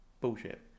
Bullshit